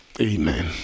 Amen